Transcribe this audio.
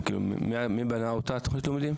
מי בנה את תוכנית הלימודים?